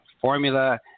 formula